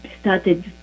started